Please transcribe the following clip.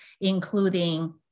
including